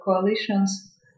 coalitions